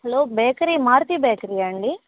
hello bakery Maruti bakery అండి